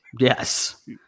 yes